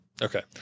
Okay